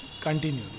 continue